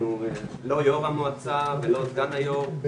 חוק המועצה לביטחון תזונתי,